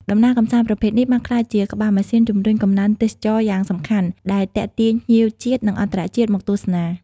ដំណើរកម្សាន្តប្រភេទនេះបានក្លាយជាក្បាលម៉ាស៊ីនជំរុញកំណើនទេសចរណ៍យ៉ាងសំខាន់ ដែលទាក់ទាញភ្ញៀវជាតិ និងអន្តរជាតិមកទស្សនា។